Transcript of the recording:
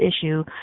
issue